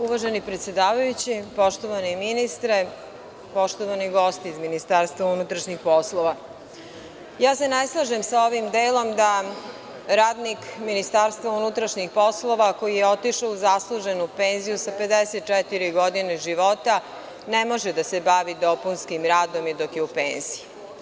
Uvaženi predsedavajući, poštovani ministre, poštovani gosti iz MUP-a, ne slažem se sa ovim delom da radnik Ministarstva unutrašnjih poslova koji je otišao u zasluženu penziju sa 54 godine života ne može da se bavi dopunskim radom i dok je u penziji.